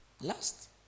Last